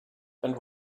and